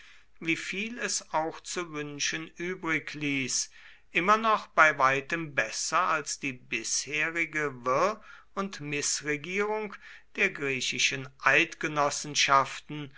wieviel es auch zu wünschen übrig ließ immer noch bei weitem besser als die bisherige wirr und mißregierung der griechischen eidgenossenschaften